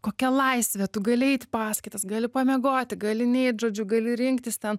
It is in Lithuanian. kokia laisvė tu gali eit į paskaitas gali pamiegoti gali neit žodžiu gali rinktis ten